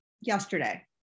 yesterday